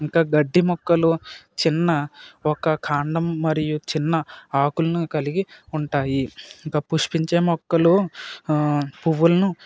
ఇంకా గడ్డి మొక్కలు చిన్న ఒక్క కాండం మరియు చిన్న ఆకులని కలిగి ఉంటాయి ఇక పుష్పించే మొక్కలు పువ్వులను